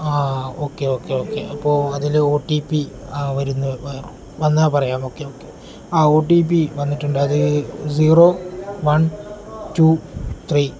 ആ okay okay okay അപ്പോൾ അതിൽ ഒ ടി പി വരും വന്നാൽ പറയാം ഓക്കെ ഓക്കെ ആ ഒ ടി പി വന്നിട്ടുണ്ട് അത് സീറോ വൺ ടു ത്രീ